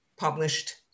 Published